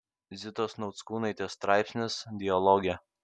zitos nauckūnaitės straipsnis dialoge